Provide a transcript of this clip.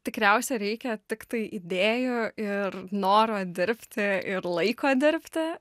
tikriausiai reikia tiktai idėjų ir noro dirbti ir laiko dirbti